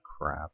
crap